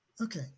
Okay